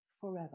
forever